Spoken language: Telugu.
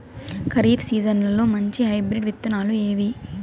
ఖరీఫ్ సీజన్లలో మంచి హైబ్రిడ్ విత్తనాలు ఏవి